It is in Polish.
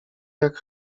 jak